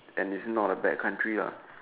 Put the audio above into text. and it's is not a bad country lah